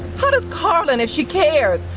how does karlin, if she cares,